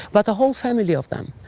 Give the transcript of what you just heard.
but a whole family of them.